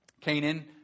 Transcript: Canaan